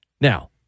Now